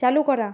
চালু করা